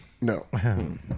No